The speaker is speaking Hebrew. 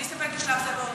אני אסתפק בשלב זה בהודעה,